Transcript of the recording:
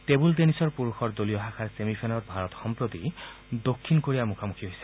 table টেনিছৰ পুৰুষৰ দলীয় শাখাৰ ছেমিফাইনেলত ভাৰত সম্প্ৰতি দক্ষিণ কোৰিয়াৰ মুখামুখী হৈছে